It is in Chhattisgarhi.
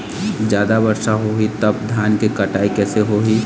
जादा वर्षा होही तब धान के कटाई कैसे होही?